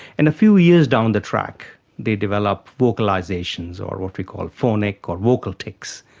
in a few years down the track they develop vocalisations or what we call phonic or vocal tics,